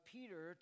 Peter